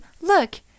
look